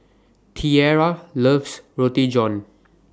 Tiera loves Roti John